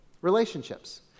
Relationships